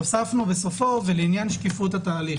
הוספנו בסופו: ולעניין שקיפות התהליך,